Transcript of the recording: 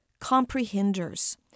comprehenders